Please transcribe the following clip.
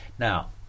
Now